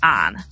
on